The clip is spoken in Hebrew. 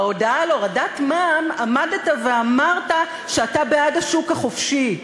בהודעה על הורדת מע"מ עמדת ואמרת שאתה בעד השוק החופשי.